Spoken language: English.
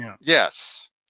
Yes